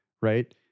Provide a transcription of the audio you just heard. right